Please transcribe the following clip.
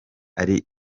ari